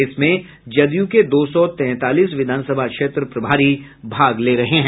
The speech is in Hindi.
इसमें जदूय के दो सौ तैंतालीस विधानसभा क्षेत्र प्रभारी भाग ले रहे हैं